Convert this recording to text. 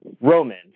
Roman